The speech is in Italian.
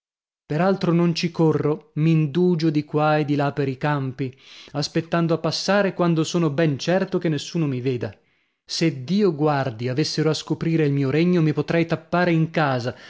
altro non ci corro m'indugio di qua e di là per i campi aspettando a passare quando sono ben certo che nessuno mi veda se dio guardi avessero a scoprire il mio regno mi potrei tappare in casa